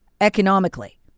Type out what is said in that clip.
economically